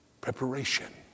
Preparation